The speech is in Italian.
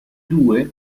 due